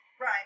Right